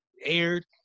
aired